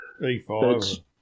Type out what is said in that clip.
E5